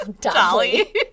Dolly